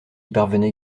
parvenait